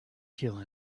kill